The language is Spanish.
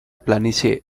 planicie